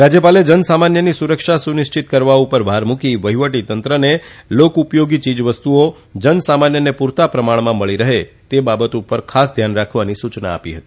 રાજ્યપાલે જનસમાન્યની સુરક્ષા સુનિશ્ચિત કરવા પર ભાર મૂકી વહીવટીતંત્રને લોક ઉપયોગી ચીજવસ્તુઓ જનસામાન્યને પૂરતા પ્રમાણના મળી રહેતે બાબત પર ખાસ ધ્યાન રાખવા સૂચના આપી હતી